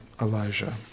Elijah